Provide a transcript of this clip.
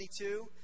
22